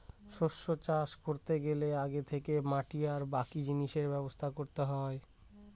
শস্য চাষ করতে গেলে আগে থেকে মাটি আর বাকি জিনিসের ব্যবস্থা করতে হয়